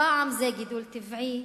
פעם זה גידול טבעי,